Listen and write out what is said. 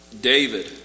David